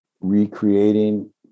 recreating